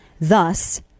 Thus